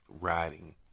riding